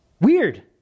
weird